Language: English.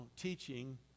teaching